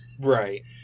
Right